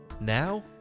Now